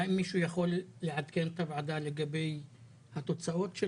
האם מישהו יכול לעדכן את הוועדה לגבי התוצאות של